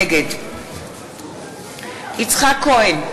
נגד יצחק כהן,